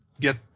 get